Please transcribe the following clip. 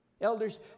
Elders